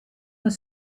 were